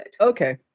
okay